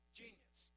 genius